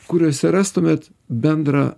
kuriose rastumėt bendrą